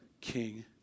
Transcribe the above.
king